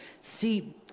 See